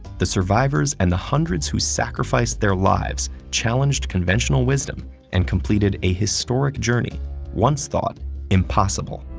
the survivors and the hundreds who sacrificed their lives challenged conventional wisdom and completed a historic journey once thought impossible.